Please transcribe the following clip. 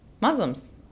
Muslims